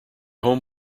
home